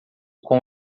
com